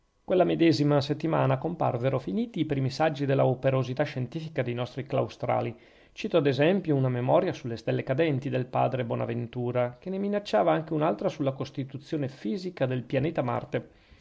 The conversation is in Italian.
quella medesima settimana comparvero finiti i primi saggi della operosità scientifica dei nostri claustrali cito ad esempio una memoria sulle stelle cadenti del padre bonaventura che ne minacciava anche un'altra sulla costituzione fisica del pianeta marte